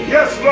Yes